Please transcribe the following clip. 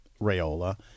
Rayola